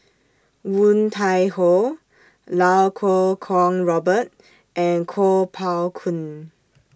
Woon Tai Ho Lau Kuo Kwong Robert and Kuo Pao Kun